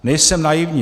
Nejsem naivní.